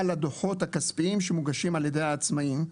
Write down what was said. לדוחות הכספיים שמוגשים על-ידי העצמאים,